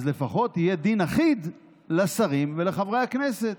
אז לפחות יהיה דין אחיד לשרים ולחברי הכנסת.